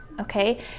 okay